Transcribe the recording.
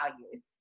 values